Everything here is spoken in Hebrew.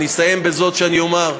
אני אסיים בזאת שאומר: